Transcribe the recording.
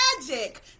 magic